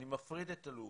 אני מפריד את הלאומיות,